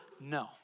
No